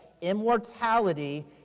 immortality